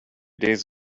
days